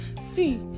see